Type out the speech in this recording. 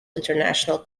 international